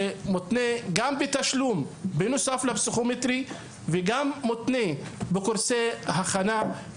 זה מותנה גם בתשלום נוסף לפסיכומטרי ובקורסי הכנה.